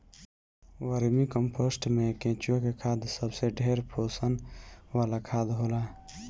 vermi composting में केचुआ के खाद सबसे ढेर पोषण वाला खाद होला